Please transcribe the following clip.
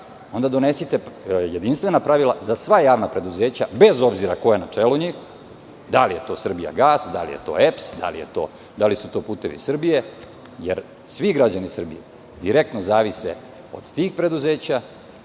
onda donesite jedinstvena pravila za sva javna preduzeća, bez obzira ko je na čelu njih, da li je to Srbijagas, da li je to EPS, da li su to Putevi Srbije, jer svi građani Srbije direktno zavise od tih preduzeća,